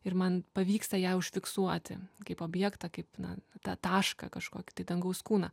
ir man pavyksta ją užfiksuoti kaip objektą kaip na tą tašką kažkokį tai dangaus kūną